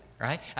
right